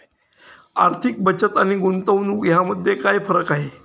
आर्थिक बचत आणि गुंतवणूक यामध्ये काय फरक आहे?